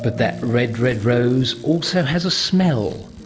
but that red, red rose also has a smell.